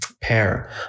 pair